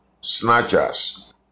snatchers